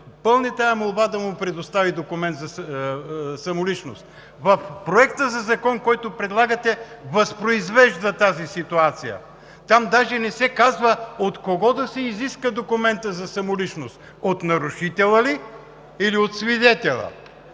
изпълни тази молба да му предостави документ за самоличност. В Проекта за закон, който предлагате, се възпроизвежда тази ситуация. Там даже не се казва от кого да се изиска документът за самоличност – от нарушителя ли, или от свидетеля,